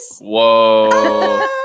Whoa